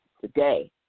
Today